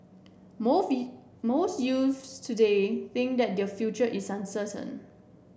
most youths today think that their future is uncertain